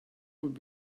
would